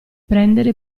prendere